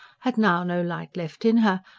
had now no light left in her,